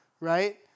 right